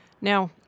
Now